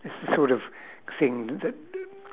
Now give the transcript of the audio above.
this is the sort of thing that